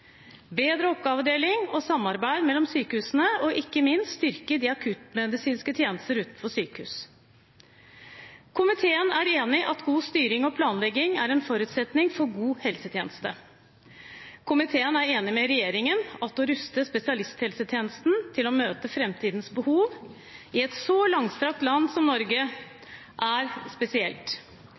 bedre oppgavedeling og samarbeid mellom sykehusene og ikke minst styrke de akuttmedisinske tjenestene utenfor sykehus. Komiteen er enig i at god styring og planlegging er en forutsetning for god helsetjeneste. Komiteen er enig med regjeringen i at å ruste spesialisthelsetjenesten til å møte framtidens behov i et så langstrakt land som Norge er spesielt.